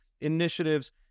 initiatives